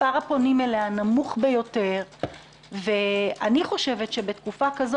מספר הפונים אליה נמוך ביותר ואני חושבת שבתקופה כזו